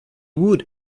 would